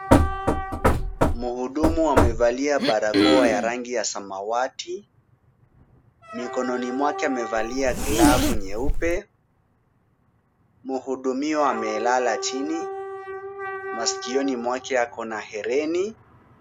Mhudumu wamevalia barakoa ya rangi ya samawati. Mikononi mwake amevalia glavu nyeupe. Mhudumiwa amelala chini. Masikioni mwake ako na herini.